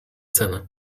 cenę